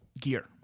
gear